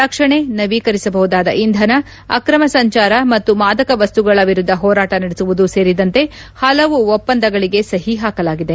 ರಕ್ಷಣೆ ನವೀಕರಿಸಬಹುದಾದ ಇಂಧನ ಅಕ್ರಮ ಸಂಚಾರ ಮತ್ತು ಮಾದಕ ವಸ್ತುಗಳ ವಿರುದ್ದ ಹೋರಾಟ ನಡೆಸುವುದು ಸೇರಿದಂತೆ ಹಲವು ಒಪ್ಪಂದಗಳಿಗೆ ಸಹಿ ಹಾಕಲಾಗಿದೆ